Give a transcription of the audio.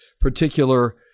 particular